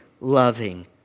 loving